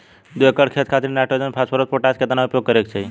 दू एकड़ खेत खातिर नाइट्रोजन फास्फोरस पोटाश केतना उपयोग करे के चाहीं?